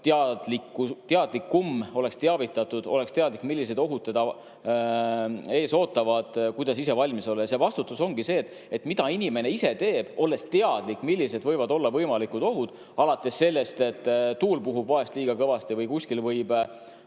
teadlikum, oleks teavitatud, oleks teadlik, millised ohud teda ees ootavad ja kuidas ise valmis olla. Vastutus ongi see, mida inimene ise teeb, olles teadlik, millised võivad olla võimalikud ohud, alates sellest, et tuul puhub vahel liiga kõvasti või kuskil võib